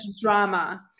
drama